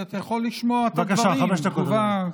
להגיב על החוק בתור יושב-ראש ועדת החוקה.